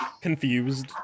confused